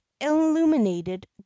illuminated